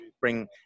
bring